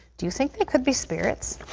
do you think they could be spirits?